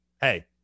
hey